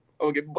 Okay